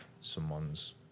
someone's